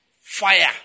fire